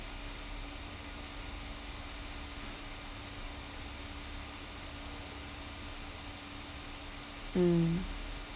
mm